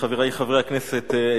חברי חברי הכנסת,